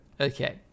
okay